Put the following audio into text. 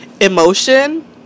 emotion